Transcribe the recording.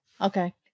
Okay